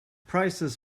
prices